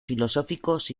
filosóficos